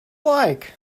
like